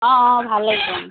অঁ অঁ ভালেই